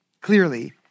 clearly